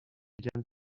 began